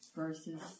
verses